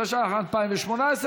התשע"ח 2018,